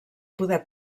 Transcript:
poder